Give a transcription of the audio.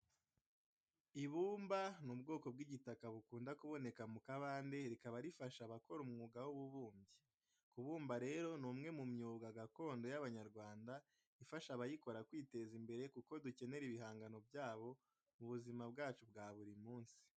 Ibumba ni ubwoko bw'igitaka bukunda kuboneka mu kabande rikaba rifasha abakora umwuga w'ububumbyi. Kubumba rero ni umwe mu myuga gakondo y'abanyarwanda ifasha abayikora kwiteza imbere kuko dukenera ibihangano byabo mu buzima bwacu bwa buri munsi.